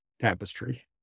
tapestry